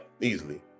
easily